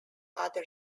other